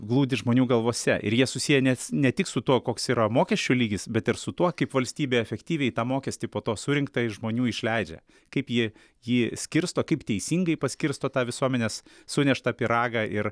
glūdi žmonių galvose ir jie susiję net ne tik su tuo koks yra mokesčių lygis bet ir su tuo kaip valstybė efektyviai tą mokestį po to surinktą iš žmonių išleidžia kaip ji jį skirsto kaip teisingai paskirsto tą visuomenės suneštą pyragą ir